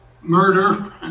murder